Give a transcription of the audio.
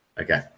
Okay